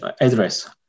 address